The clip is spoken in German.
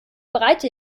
breite